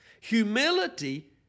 Humility